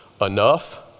enough